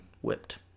whipped